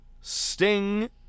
Sting